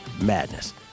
madness